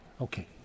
Okay